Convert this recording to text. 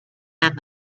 and